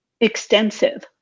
extensive